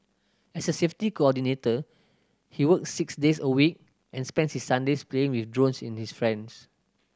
as a safety coordinator he work six days a week and spends his Sundays playing with drones in his friends